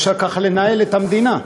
אי-אפשר ככה לנהל את המדינה.